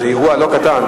שזה אירוע לא קטן,